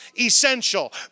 essential